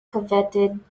coveted